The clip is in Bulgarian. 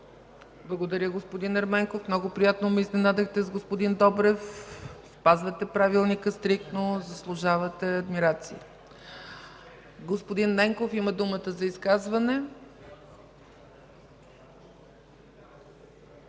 Благодаря, господин Ерменков. Много приятно ме изненадахте с господин Добрев – спазвате Правилника стриктно. Заслужавате адмирации. Господин Ненков има думата за изказване.